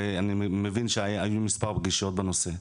אני מבין שהיו מספר פגישות בנושא,